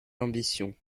ambitions